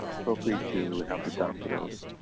feel free to help yourself to those.